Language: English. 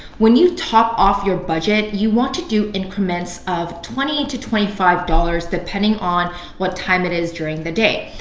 when you top off your budget, you want to do increments of twenty dollars to twenty five dollars depending on what time it is during the day.